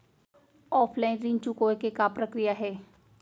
Offline ऋण चुकोय के का प्रक्रिया हे?